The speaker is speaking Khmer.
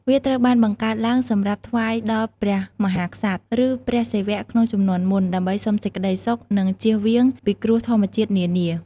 វាត្រូវបានបង្កើតឡើងសម្រាប់ថ្វាយដល់ព្រះមហាក្សត្រ ឬ ព្រះសេវៈក្នុងជំនាន់មុន ដើម្បីសុំសេចក្តីសុខ និង ជៀសវាងពីគ្រោះធម្មជាតិនានា។